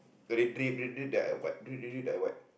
drip drip drip then I wipe drip drip drip then I wipe